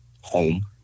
home